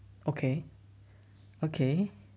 okay okay